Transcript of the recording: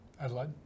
Adelaide